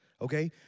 okay